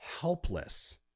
helpless